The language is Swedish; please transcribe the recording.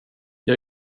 jag